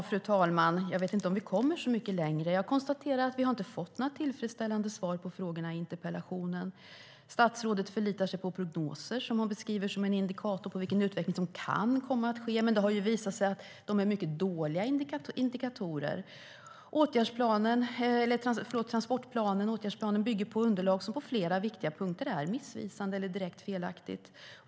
Fru talman! Jag vet inte om vi kommer så mycket längre. Jag konstaterar att vi inte fått några tillfredsställande svar på frågorna i interpellationen. Statsrådet förlitar sig på prognoser som hon beskriver som en indikator på vilken utveckling som kan komma att ske. Men det har visat sig att de är mycket dåliga indikatorer. Åtgärdsplanen bygger på ett underlag som på flera viktiga punkter är missvisande eller direkt felaktigt.